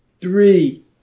three